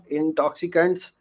intoxicants